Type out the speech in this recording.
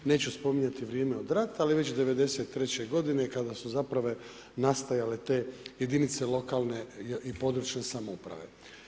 Neću spominjati vrijeme od rata ali već '93. godine kada su zapravo nastajale te jedinice lokalne i područne samouprave.